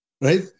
Right